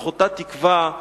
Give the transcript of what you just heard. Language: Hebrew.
מתוך אותה תקווה,